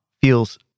feels